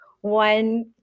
one